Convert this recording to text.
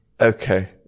okay